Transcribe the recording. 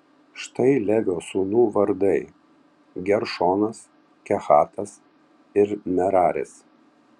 štai levio sūnų vardai geršonas kehatas ir meraris